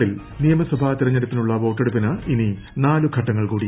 പശ്ചിമ ബംഗാളിൽ നിയമസഭാ തിരഞ്ഞെടുപ്പിനുള്ള വോട്ടെടുപ്പിന് ഇനി നാല് ഘട്ടങ്ങൾ കൂടി